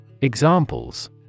Examples